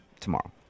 Tomorrow